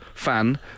fan